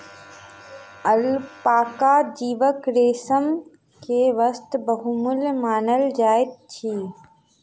alpaca जीवक रेशम के वस्त्र बहुमूल्य मानल जाइत अछि